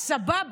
סבבה,